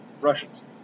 Russians